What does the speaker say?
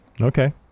Okay